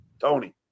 Tony